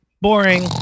boring